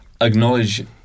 acknowledge